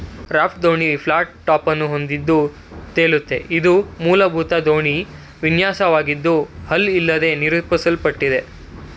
raft ದೋಣಿ flat ಟಾಪನ್ನು ಹೊಂದಿದ್ದು ತೇಲುತ್ತೆ ಇದು ಮೂಲಭೂತ ದೋಣಿ ವಿನ್ಯಾಸವಾಗಿದ್ದು ಹಲ್ ಇಲ್ಲದೇ ನಿರೂಪಿಸಲ್ಪಟ್ಟಿದೆ